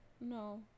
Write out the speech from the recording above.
No